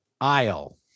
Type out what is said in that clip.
aisle